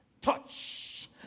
Touch